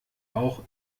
auch